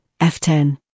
F10